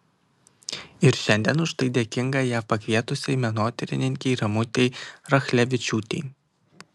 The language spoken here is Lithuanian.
ir šiandien už tai dėkinga ją pakvietusiai menotyrininkei ramutei rachlevičiūtei